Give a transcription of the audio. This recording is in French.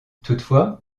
toutefois